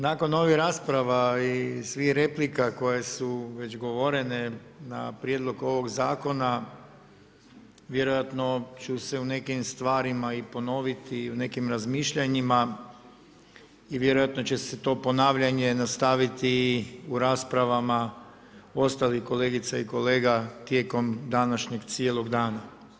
Nakon ovih rasprava i svih replika koje su već govorene na prijedlog ovog zakona, vjerojatno ću se i u nekim stvarima i ponoviti i u nekim razmišljanjima i vjerojatno će se to ponavljanje nastaviti i u raspravama ostalih kolegica i kolega, tijekom današnjeg cijelog dana.